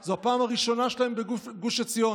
זו הפעם הראשונה שלהם בגוש עציון.